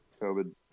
COVID